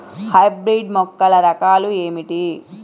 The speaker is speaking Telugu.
హైబ్రిడ్ మొక్కల రకాలు ఏమిటీ?